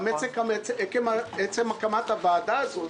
גם עצם הקמת הוועדה הזאת